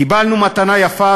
קיבלנו מתנה יפה,